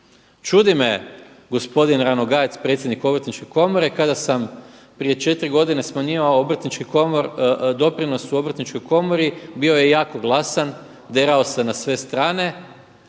Čudi me gospodin Ranogajec, predsjednik Obrtničke komore kada sam prije 4 godine smanjivao obrtnički doprinos u Obrtničkoj komori bio je jako glasan, derao se na sve strane,